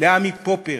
לעמי פופר,